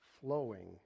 flowing